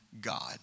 God